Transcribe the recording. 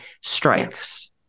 strikes